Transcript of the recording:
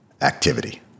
activity